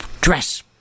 dress